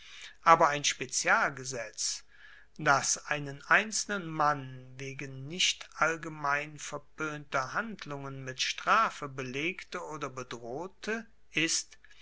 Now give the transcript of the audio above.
aber ein spezialgesetz das einen einzelnen mann wegen nicht allgemein verpoenter handlungen mit strafe belegte oder bedrohte ist